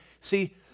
see